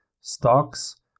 stocks